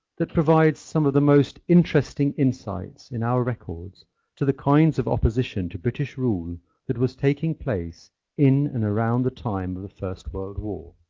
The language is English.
that provides some of the most interesting insights in our records to the kinds of opposition to british rule that was taking place in and around the time of the first world war.